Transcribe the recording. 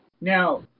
Now